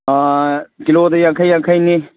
ꯀꯤꯂꯣꯗ ꯌꯥꯡꯈꯩ ꯌꯥꯡꯈꯩꯅꯤ